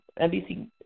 NBC